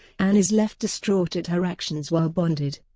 ann is left distraught at her actions while bonded.